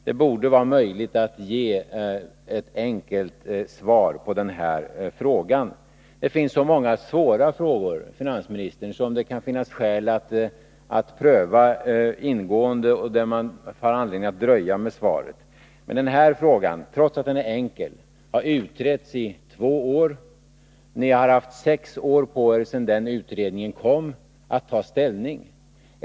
Det borde vara möjligt att ge ett enkelt svar på denna fråga. Det finns så många svåra frågor, herr finansminister, som det kan finnas skäl att pröva ingående och där man har anledning att dröja med svaret. Men den här frågan, trots att den är enkel, har utretts i två år. Ni har sedan den utredningen framlades haft sex år på er att ta ställning.